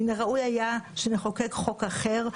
מן הראוי היה שנחוקק חוק אחר,